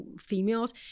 females